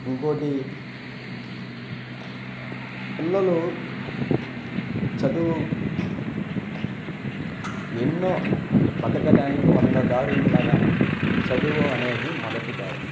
ఇంకొకటి పిల్లలు చదువు ఎన్నో బతకడానికి వంద దారులు ఉన్నా కానీ చదువు అనేది మొదటి దారి